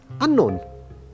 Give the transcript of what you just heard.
unknown